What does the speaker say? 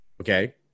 Okay